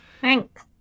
Thanks